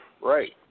Right